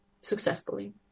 successfully